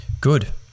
Good